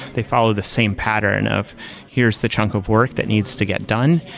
they follow the same pattern of here's the chunk of work that needs to get done,